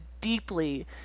deeply